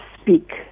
speak